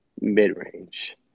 mid-range